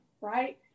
right